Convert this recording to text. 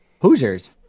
hoosiers